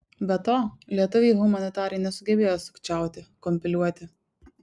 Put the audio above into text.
be to lietuviai humanitarai nesugebėjo sukčiauti kompiliuoti